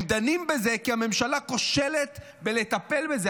הם דנים בזה כי הממשלה כושלת בלטפל בזה.